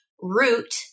root